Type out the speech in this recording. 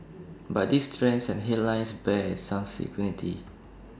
but these trends and headlines bear some scrutiny